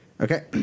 Okay